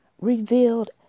revealed